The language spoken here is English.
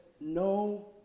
no